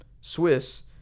Swiss